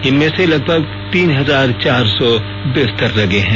इनमें लगभग तीन हजार चार सौ बिस्तर लगे हैं